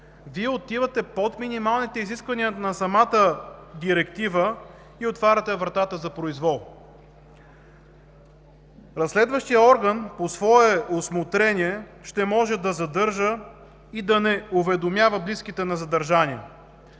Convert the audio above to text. Вие отивате под минималните изисквания на самата директива и отваряте вратата за произвол. Разследващият орган по свое усмотрение ще може да задържа и да не уведомява близките на задържания.